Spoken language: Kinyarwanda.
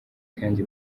kandi